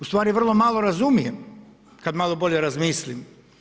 U stvari vrlo malo razumijem kad malo bolje razmislim.